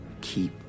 keep